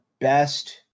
best